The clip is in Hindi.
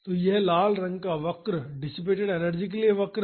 तो यह लाल रंग का वक्र डिसिपेटड एनर्जी के लिए वक्र है